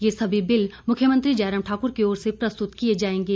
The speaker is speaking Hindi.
ये सभी बिल मुख्यमंत्री जयराम ठाक्र की ओर से प्रस्तुत किए जाएंगे